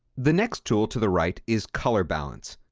the next tool to the right is color balance.